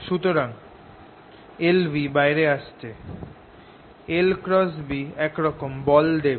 সুতরাং lv বাইরে আসছে l×b এরকম বল দেবে